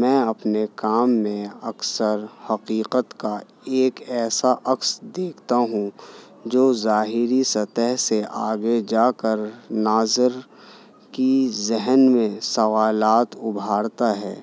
میں اپنے کام میں اکثر حقیقت کا ایک ایسا عکس دیکھتا ہوں جو ظاہری سطح سے آگے جا کر ناظر کی ذہن میں سوالات ابھارتا ہے